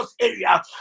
area